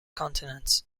continents